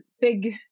big